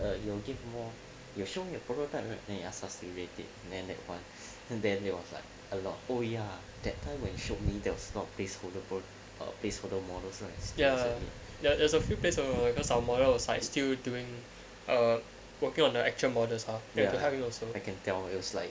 are you will give more you showing a prototype then you associate it then at one and then it was like a lot ya that time when you showed me they'll was placeholder vote or place photo models rice there ya there's a few pairs or because our moral aside still doing a working on the actual models are there to help me also I can tell you slide